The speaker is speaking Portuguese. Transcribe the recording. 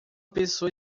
pessoa